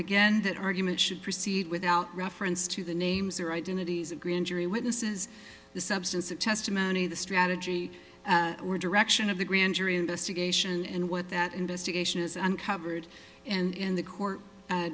began that argument should proceed without reference to the names or identities a grand jury witnesses the substance of testimony the strategy or direction of the grand jury investigation and what that investigation is uncovered and in the court